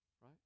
Right